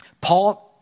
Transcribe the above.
Paul